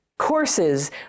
courses